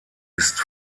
ist